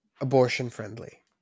Abortion-friendly